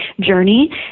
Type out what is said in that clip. journey